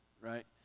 right